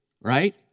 right